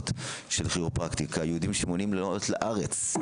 של כירופרקטים יהודים שמעוניינים לעלות לארץ,